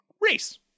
race